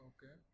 Okay